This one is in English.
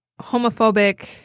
homophobic